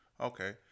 Okay